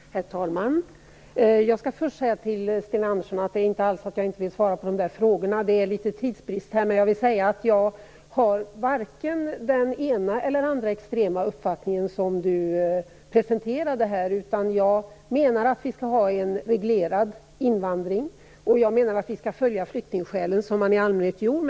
Herr talman! Jag vill först säga till Sten Andersson att det inte alls är så att jag inte vill svara på hans frågor. Jag är i viss tidsnöd, men jag vill säga att jag inte har vare sig den ena eller den andra av de extrema uppfattningar som han här presenterade. Jag menar att vi skall ha en reglerad invandring och skall iaktta flyktingskäl på det sätt som man i allmänhet har gjort.